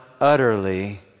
utterly